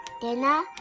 Dinner